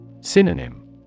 Synonym